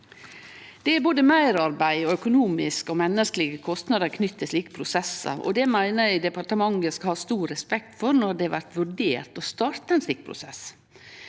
Det er både meirarbeid og økonomiske og menneskelege kostnader knytte til slike prosessar, og det meiner eg departementet skal ha stor respekt for når det blir vurdert å starte ein prosess.